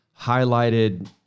highlighted